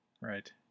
Right